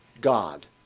God